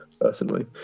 personally